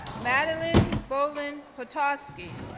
madeleine bolin potoskie,